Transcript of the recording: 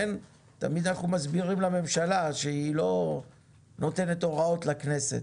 תמיד אנחנו מסבירים לממשלה שהיא לא נותנת הוראות לכנסת.